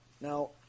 Now